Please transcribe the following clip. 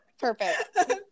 Perfect